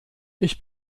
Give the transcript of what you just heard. ich